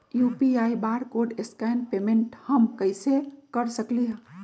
UPI barcode scan payment हम कईसे कर सकली ह?